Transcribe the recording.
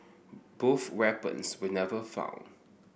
both weapons were never found